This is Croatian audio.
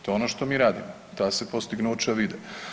To je ono što mi radimo, ta se postignuća vide.